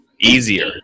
easier